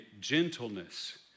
gentleness